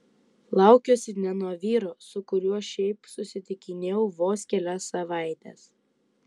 laukiuosi ne nuo vyro su kuriuo šiaip susitikinėjau vos kelias savaites